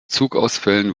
zugausfällen